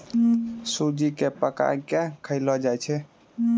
सब्जी क पकाय कॅ खयलो जाय छै